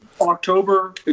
October